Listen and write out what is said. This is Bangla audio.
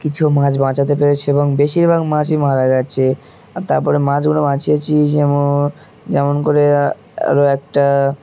কিছু মাছ বাঁচাতে পেরেছে এবং বেশিরভাগ মাছই মারা গেছে আর তারপরে মাছগুলো বাঁচিয়েছি যেমন যেমন করে আরও একটা